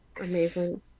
Amazing